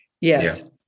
Yes